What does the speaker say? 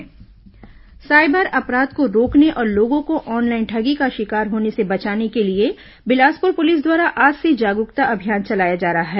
cyber अपराध अभियान cyber अपराध को रोकने और लोगों को ऑनलाइन ठगी का शिकार होने से बचाने के लिए बिलासपुर पुलिस द्वारा आज से जागरूकता अभियान चलाया जा रहा है